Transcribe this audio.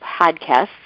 podcasts